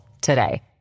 today